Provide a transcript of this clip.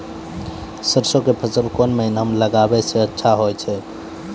सरसों के फसल कोन महिना म लगैला सऽ अच्छा होय छै?